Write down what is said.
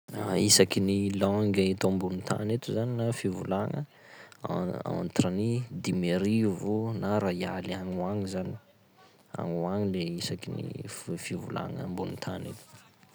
Isakin'ny langue eto ambony tany eto zany na fivolagna: entre ny dimy arivo na ray aly agny ho agny zany; agny ho agny le isakin'ny fo- fivolagna ambony tany eto.